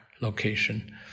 location